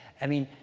i mean,